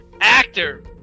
actor